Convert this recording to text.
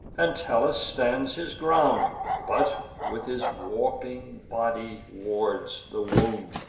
entellus stands his ground, but with his warping body wards the wound.